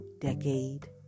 decade